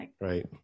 Right